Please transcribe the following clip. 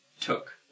took